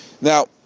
Now